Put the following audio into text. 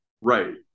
Right